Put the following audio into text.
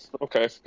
okay